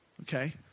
okay